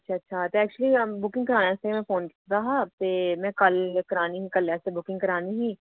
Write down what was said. अच्छा अच्छा एक्चूअली में बुकिंग करानै आस्तै फोन कीता हा में कल करानी ही कल्लै आस्तै बुकिंग करानी ही